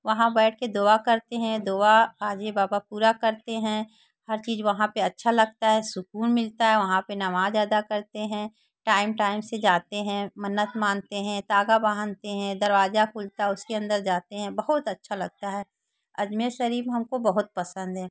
वहाँ बैठकर दुआ करते हैं दुआ हाजी बाबा पूरा करते हैं हर चीज़ वहाँ पर अच्छी लगती है सूकून मिलता है वहाँ पर नमाज़ अदा करते हैं टाइम टाइम से जाते हैं मन्नत माँगते हैं धागा बाँधते हैं दरवाज़ा खुलता है उसके अंदर जाते हैं बहुत अच्छा लगता है अजमेर शरीफ हमको बहुत पसंद है